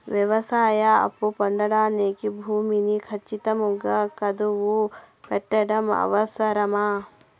వ్యవసాయ అప్పు పొందడానికి భూమిని ఖచ్చితంగా కుదువు పెట్టడం అవసరమా?